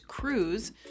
Cruise